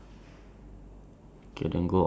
on the floor yes ya ya worms